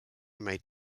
made